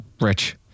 rich